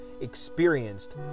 experienced